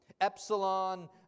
Epsilon